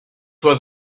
was